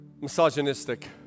misogynistic